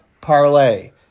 parlay